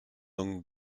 donc